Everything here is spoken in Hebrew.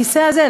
בכיסא הזה,